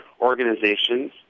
organizations